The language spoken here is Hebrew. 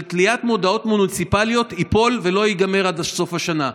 תליית מודעות מוניציפליות ייפול ולא ייגמר עד סוף השנה?